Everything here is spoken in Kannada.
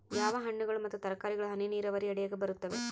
ಯಾವ ಹಣ್ಣುಗಳು ಮತ್ತು ತರಕಾರಿಗಳು ಹನಿ ನೇರಾವರಿ ಅಡಿಯಾಗ ಬರುತ್ತವೆ?